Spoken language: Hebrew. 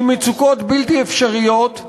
עם מצוקות בלתי אפשריות,